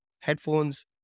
headphones